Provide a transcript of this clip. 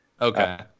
okay